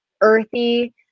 earthy